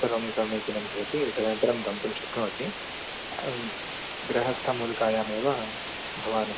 सर्वं समीचीनं भवति तदनन्तरं गन्तुं शक्नोति गृहस्थ मूल्कायामेव भवान्